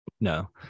no